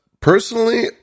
Personally